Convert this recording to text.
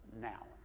now